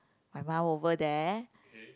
my mum over there